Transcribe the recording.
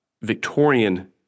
Victorian